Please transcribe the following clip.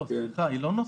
לא, סליחה, היא לא נוספת.